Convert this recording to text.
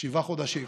שבעה חודשים,